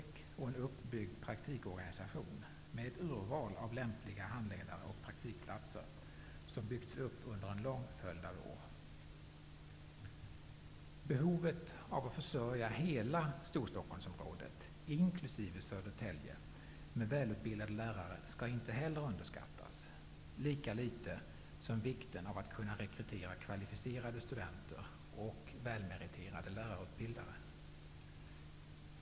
Det finns dessutom en uppbyggd praktikorganisation med ett urval av lämpliga handledare och praktikplatser. Den har byggts upp under en lång följd av år. Storstockholmsområdet, inkl. Södertälje, med välutbildade lärare skall inte heller underskattas, lika lite som vikten av att kunna rekrytera kvalificerade studenter och välmeriterade lärarutbildare.